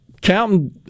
counting